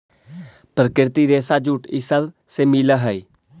प्राकृतिक रेशा जूट इ सब से मिल हई